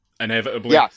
inevitably